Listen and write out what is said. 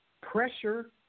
pressure